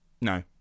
no